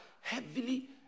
heavily